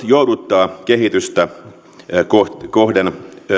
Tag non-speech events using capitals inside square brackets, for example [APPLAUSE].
[UNINTELLIGIBLE] jouduttaa kehitystä kohden